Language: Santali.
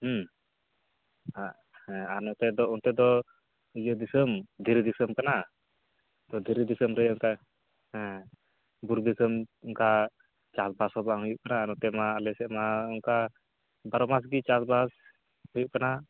ᱦᱮᱸ ᱟᱨ ᱱᱚᱛᱮᱫᱚ ᱚᱱᱛᱮᱫᱚ ᱤᱭᱟᱹ ᱫᱤᱥᱚᱢ ᱫᱷᱤᱨᱤ ᱫᱤᱥᱚᱢ ᱠᱟᱱᱟ ᱛᱚ ᱫᱷᱤᱨᱤ ᱫᱤᱥᱚᱢ ᱨᱮ ᱚᱱᱠᱟ ᱦᱮᱸ ᱵᱩᱨᱩ ᱫᱤᱥᱚᱢ ᱚᱱᱠᱟ ᱪᱟᱥ ᱵᱟᱥ ᱦᱚᱸ ᱵᱟᱝ ᱦᱩᱭᱩᱜ ᱠᱟᱱᱟ ᱟᱨ ᱱᱚᱛᱮ ᱢᱟ ᱟᱞᱮ ᱥᱮᱫ ᱢᱟ ᱚᱱᱠᱟ ᱵᱟᱨᱚ ᱢᱟᱥ ᱜᱮ ᱪᱟᱥ ᱵᱟᱥ ᱦᱩᱭᱩᱜ ᱠᱟᱱᱟ